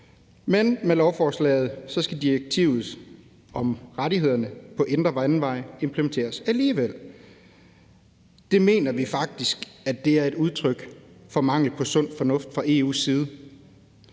Men med lovforslaget skal direktivet om rettighederne på indre vandveje alligevel implementeres. Det mener vi faktisk er et udtryk for mangel på sund fornuft fra EU's side.